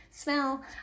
smell